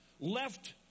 left